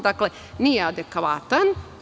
Dakle, nije adekvatan.